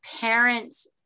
Parents